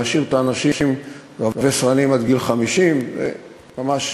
להשאיר את האנשים רבי-סרנים עד גיל 50 זה ממש